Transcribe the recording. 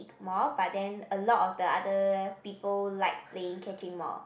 more but then a lot of the other people like playing catching more